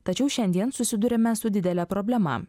tačiau šiandien susiduriame su didele problema